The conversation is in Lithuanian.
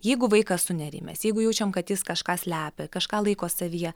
jeigu vaikas sunerimęs jeigu jaučiam kad jis kažką slepia kažką laiko savyje